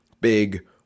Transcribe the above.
big